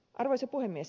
arvoisa puhemies